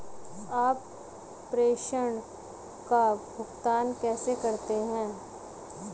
आप प्रेषण का भुगतान कैसे करते हैं?